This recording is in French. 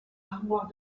armoires